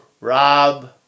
Rob